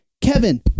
Kevin